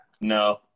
No